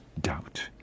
doubt